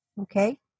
Okay